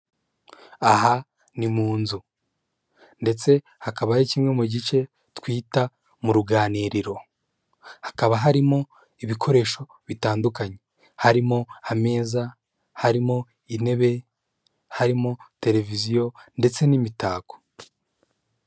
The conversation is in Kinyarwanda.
Aha ni mu nzu ndetse hakaba ari kimwe mu duce twita mu ruganiriro hakaba harimo ibikoresho bitandukanye, harimo ameza, harimo intebe, harimo televiziyo ndetse n'imitako.